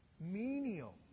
menial